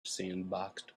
sandboxed